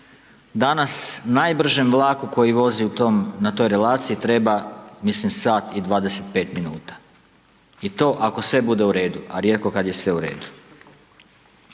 Danas najbržem vlaku koji vozi na toj relaciji treba, mislim, 1 h i 25. min. i to ako sve bude u redu, a rijetko kad je sve u redu.